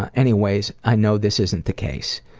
anyways, i know this isn't the case.